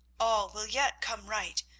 all will yet come right,